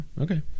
okay